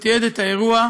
שתיעד את האירוע,